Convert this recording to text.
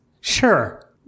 Sure